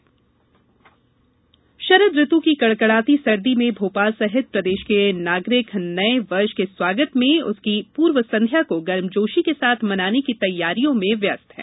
लोकरंजन शरद ऋतु की कड़कड़ाती सर्दी में भोपाल सहित प्रदेश के नागरिक नये वर्ष के स्वागत में उसकी पूर्व संध्या को गर्मजोशी के साथ मनाने की तैयारियों में व्यस्त हैं